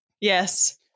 Yes